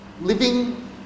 living